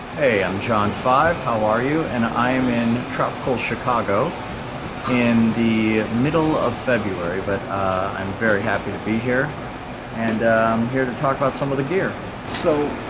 hey, i'm john five, how are you and i'm in tropical chicago in the middle of february, but i'm very happy to be here and i'm here to talk about some of the gear so